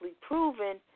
proven